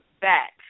back